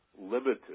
limited